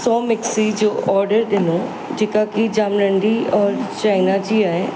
सौ मिक्सी जो ऑडर ॾिनो जेका की जाम नंढी ऐं चाईना जी आहे